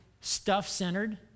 stuff-centered